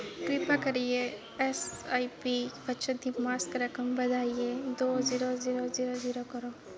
कृपा करियै ऐस्सआईपी बचत दी मासक रकम बधाइयै दो जीरो जीरो जीरो जीरो करो